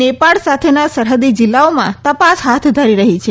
નેપાળ સાથેના સરહદી જિલ્લાઓમાં તપાસ હાથ ધરી રહી છે